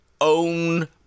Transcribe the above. own